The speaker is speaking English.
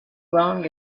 long